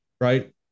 right